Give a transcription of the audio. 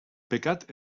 pecat